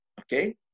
okay